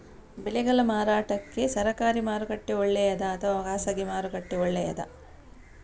ಬೆಳೆಗಳ ಮಾರಾಟಕ್ಕೆ ಸರಕಾರಿ ಮಾರುಕಟ್ಟೆ ಒಳ್ಳೆಯದಾ ಅಥವಾ ಖಾಸಗಿ ಮಾರುಕಟ್ಟೆ ಒಳ್ಳೆಯದಾ